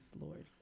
Lord